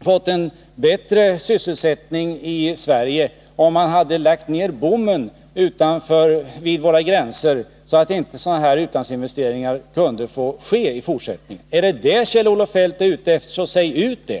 fått en bättre sysselsättning i Sverige om man hade lagt ned bommen vid våra gränser så att inte sådana här utlandsinvesteringar kunde få ske i fortsättningen. Är det detta som Kjell-Olof Feldt är ute efter, så säg ut det!